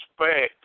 expect